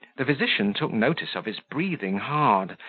the physician took notice of his breathing hard,